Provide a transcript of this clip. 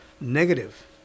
negative